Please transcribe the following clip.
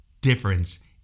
difference